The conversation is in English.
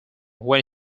when